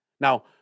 Now